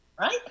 right